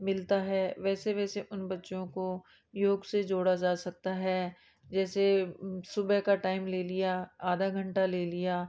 मिलता है वैसे वैसे उन बच्चों को योग से जोड़ा जा सकता है जैसे सुबह का टाइम ले लिया आधा घंटा ले लिया